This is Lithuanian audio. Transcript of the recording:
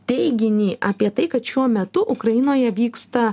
teiginį apie tai kad šiuo metu ukrainoje vyksta